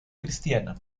cristiana